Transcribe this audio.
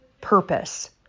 purpose